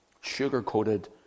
sugar-coated